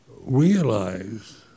realize